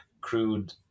crude